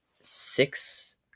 six